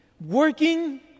working